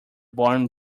barn